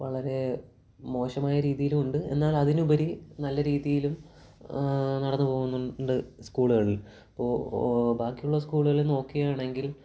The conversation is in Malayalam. വളരെ മോശമായ രീതിയിലും ഉണ്ട് എന്നാൽ അതിലുപരി നല്ല രീതിയിലും നടന്നു പോകുന്നുണ്ട് സ്കൂളുകളിൽ ബാക്കിയുള്ള സ്കൂളുകളിൽ നോക്കുകയാണെങ്കിൽ